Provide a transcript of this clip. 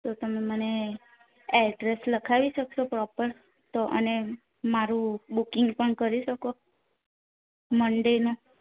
તો તમે મને એડ્રેસ લખાવી શકશો પ્રોપર તો અને મારું બુકિંગ પણ કરી શકો મંડેનું